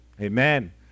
Amen